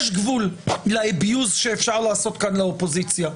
יש גבול ל-abuse שאפשר לעשות כאן לאופוזיציה,